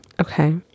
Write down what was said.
Okay